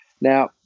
Now